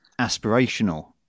aspirational